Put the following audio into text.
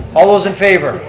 all those in favor?